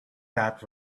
that